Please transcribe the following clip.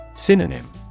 Synonym